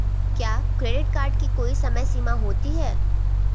क्या credit card की कोई समय सीमा होती है?